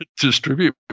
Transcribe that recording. distribute